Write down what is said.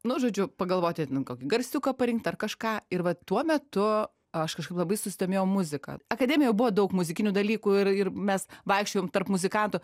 na žodžiu pagalvoti kokį garsiuką parinkt ar kažką ir vat tuo metu aš kažkaip labai susidomėjau muzika akademijoj buvo daug muzikinių dalykų ir ir mes vaikščiojom tarp muzikantų